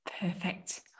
perfect